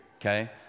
Okay